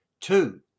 Two